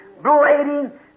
blading